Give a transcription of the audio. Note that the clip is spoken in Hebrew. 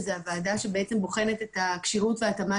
שזו הוועדה שבוחנת את הכשירות וההתאמה